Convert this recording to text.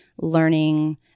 learning